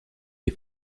est